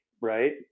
right